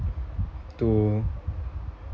to